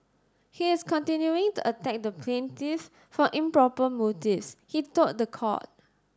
he is continuing to attack the plaintiff for improper motives he told the court